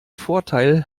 vorteil